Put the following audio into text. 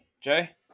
Jay